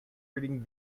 reading